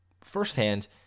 firsthand